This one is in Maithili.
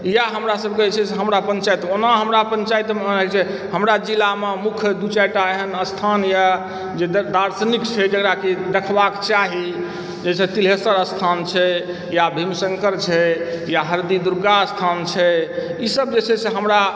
इएह हमरा सभकेँ जे छै से हमरा पन्चायत ओना हमरा पन्चायतमऽ जे छै हमरा जिलामऽ मुख्य दू चारिटा एहन स्थान यऽ जे दार्शनिक छै जेकरा कि देखबाक चाही जैसे तिल्हेश्वर स्थान छै या भीमशङ्कर छै या हरदी दुर्गा स्थान छै ईसभ जे छै से हमरा